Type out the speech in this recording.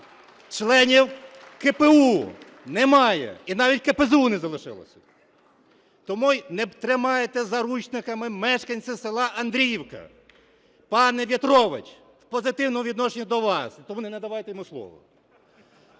Членів КПУ немає і навіть КПЗУ не залишилося. Тому й не тримайте заручниками мешканців села Андріївка. Пане В'ятрович, в позитивному відношенні до вас, тому не надавайте йому слово,